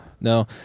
No